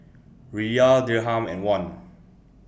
Riyal Dirham and Won